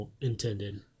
intended